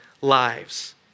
lives